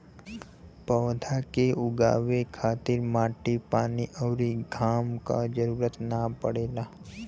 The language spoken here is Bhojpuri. पौधा के उगावे खातिर माटी पानी अउरी घाम क जरुरत ना पड़ेला